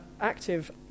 active